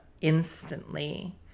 instantly